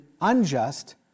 unjust